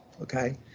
okay